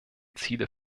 ziele